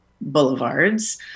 boulevards